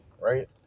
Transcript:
right